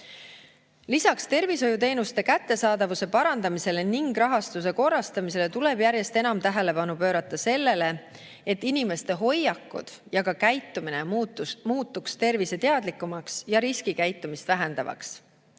Palun! Lisaks tervishoiuteenuste kättesaadavuse parandamisele ning rahastuse korrastamisele tuleb järjest enam tähelepanu pöörata sellele, et inimeste hoiakud ja käitumine muutuks terviseteadlikumaks ning riskikäitumist jääks